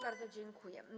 Bardzo dziękuję.